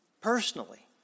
personally